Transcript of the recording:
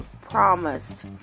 promised